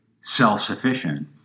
self-sufficient